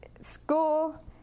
school